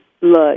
look